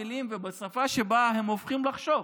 באוצר המילים ובשפה שבה הם חושבים.